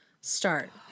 start